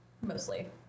mostly